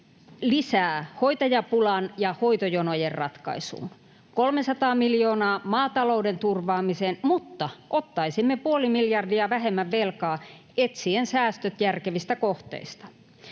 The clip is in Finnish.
lisää hoitajapulan ja hoitojonojen ratkaisuun, 300 miljoonaa maatalouden turvaamiseen, mutta ottaisimme puoli miljardia vähemmän velkaa etsien säästöt järkevistä kohteista.